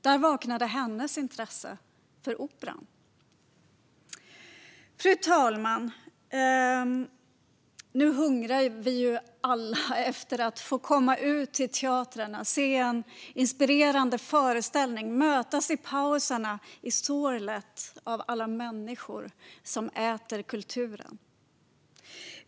Där vaknade hennes intresse för operan. Fru talman! Nu hungrar vi alla efter att få komma ut till teatrarna, se inspirerande föreställningar och mötas i pauserna, i sorlet av alla människor som äter kulturen.